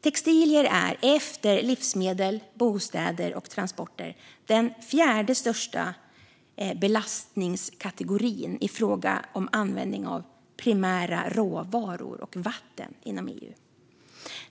Textilier är, efter livsmedel, bostäder och transporter, den fjärde största belastningskategorin i fråga om användning av primära råvaror och vatten inom EU.